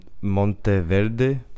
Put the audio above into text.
Monteverde